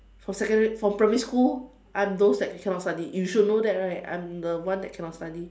for secondary for primary school I'm those that cannot study you should know that right I'm the one that cannot study